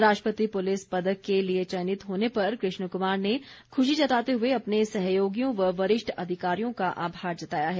राष्ट्रपति पुलिस पदक के लिए चयनित होने पर कृष्ण कुमार ने खुशी जताते हुए अपने सहयोगियों व वरिष्ठ अधिकारियों का आभार जताया है